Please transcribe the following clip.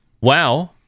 Wow